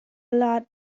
lot